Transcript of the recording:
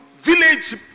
village